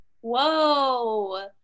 Whoa